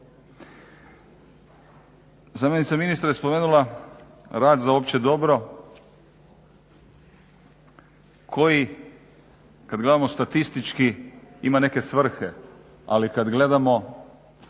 Zamjenica ministra je spomenula rad za opće dobro koji, kada gledamo statistički ima neke svrhe, ali kada gledamo